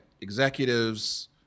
executives